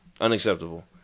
Unacceptable